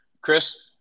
Chris